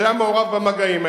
שהיה מעורב במגעים האלה,